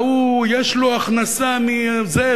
ההוא יש לו הכנסה מזה,